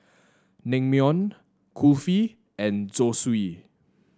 Naengmyeon Kulfi and Zosui